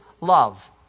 love